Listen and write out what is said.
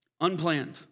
unplanned